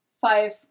five